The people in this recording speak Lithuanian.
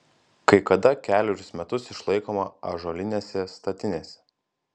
kai kada kelerius metus išlaikoma ąžuolinėse statinėse